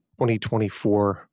2024